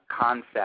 concept